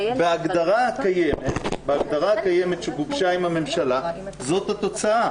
בהגדרה הקיימת שגובשה עם הממשלה זאת התוצאה.